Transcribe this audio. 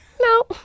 no